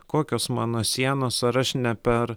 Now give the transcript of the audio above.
kokios mano sienos ar aš ne per